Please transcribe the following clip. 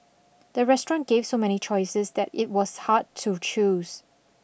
the restaurant gave so many choices that it was hard to choose